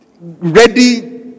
ready